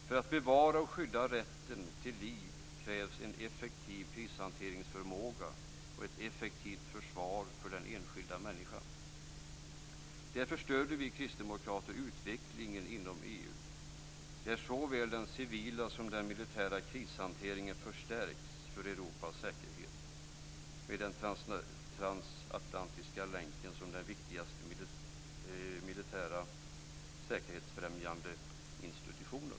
För att bevara och skydda rätten till liv krävs en effektiv krishanteringsförmåga och ett effektivt försvar för den enskilda människan. Därför stöder vi kristdemokrater utvecklingen inom EU, där såväl den civila som den militära krishanteringen förstärks för Europas säkerhet, med den transatlantiska länken som den viktigaste militära säkerhetsfrämjande institutionen.